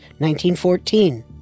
1914